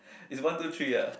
it's one two three ya